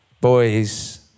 boys